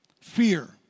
Fear